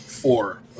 Four